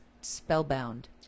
spellbound